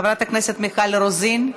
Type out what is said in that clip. חברת הכנסת מיכל רוזין,